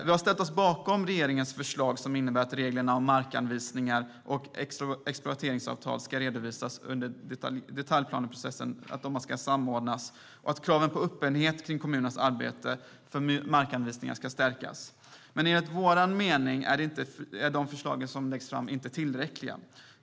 Vi har ställt oss bakom regeringens förslag, som innebär att reglerna om hur markanvisningar och exploateringsavtal ska redovisas under detaljplaneprocessen samordnas och att kraven på öppenhet kring kommunernas arbete med markanvisningar stärks. Enligt vår mening är de förslag som läggs fram inte tillräckliga.